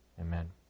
Amen